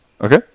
Okay